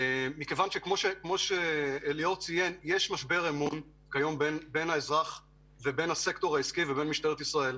כיום יש משבר אמון בין האזרח ובין הסקטור העסקי למשטרת ישראל.